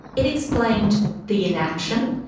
it explained the inaction.